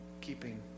Keeping